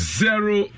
zero